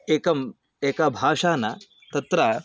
एका एका भाषा न तत्र